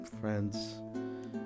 friends